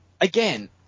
again